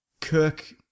Kirk